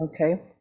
okay